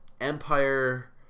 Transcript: Empire